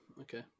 Okay